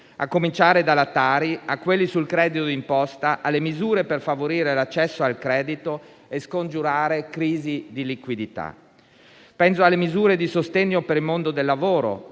sui rifiuti (TARI), a quelli sul credito d'imposta, alle misure per favorire l'accesso al credito e scongiurare crisi di liquidità. Penso alle misure di sostegno per il mondo del lavoro,